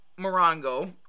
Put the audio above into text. morongo